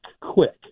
quick